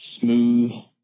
smooth